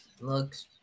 looks